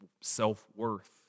self-worth